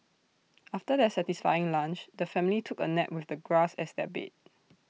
after their satisfying lunch the family took A nap with the grass as their bed